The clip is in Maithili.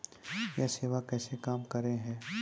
यह सेवा कैसे काम करै है?